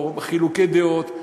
או חילוקי דעות,